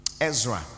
Ezra